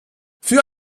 für